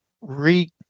re